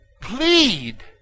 plead